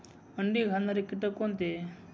अंडी घालणारे किटक कोणते?